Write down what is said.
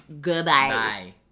Goodbye